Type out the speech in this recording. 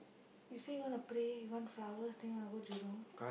you say you want to pray you want flowers then you want to go Jurong